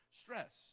stress